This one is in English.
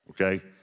okay